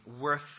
worth